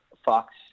fox